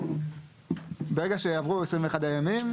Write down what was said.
ברגע שעברו 21 הימים,